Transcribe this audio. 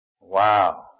Wow